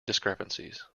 discrepancies